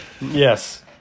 yes